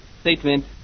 statement